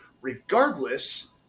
regardless